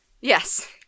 Yes